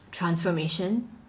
Transformation